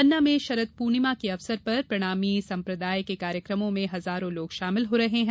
पन्ना में शरद पूर्णिमा के अवसर पर प्रणामी संप्रदाय के कार्यक्रम में हजारों लोग शामिल हो रहे हैं